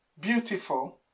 beautiful